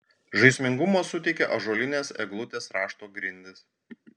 žaismingumo suteikia ąžuolinės eglutės rašto grindys